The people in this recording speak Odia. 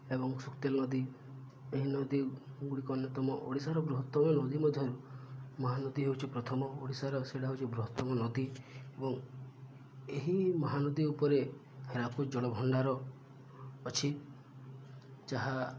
ଏବଂ ସୁକ୍ତେଲ ନଦୀ ଏହି ନଦୀ ଗୁଡ଼ିକ ଅନ୍ୟତମ ଓଡ଼ିଶାର ବୃହତ୍ତମ ନଦୀ ମଧ୍ୟରୁ ମହାନଦୀ ହେଉଛି ପ୍ରଥମ ଓଡ଼ିଶାର ସେଟା ହେଉଛି ବୃହତ୍ତମ ନଦୀ ଏବଂ ଏହି ମହାନଦୀ ଉପରେ ହୀରାକୁଦ ଜଳଭଣ୍ଡାର ଅଛି ଯାହା